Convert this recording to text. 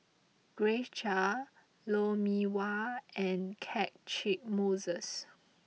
Grace Chia Lou Mee Wah and Catchick Moses